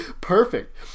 Perfect